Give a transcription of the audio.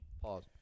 Pause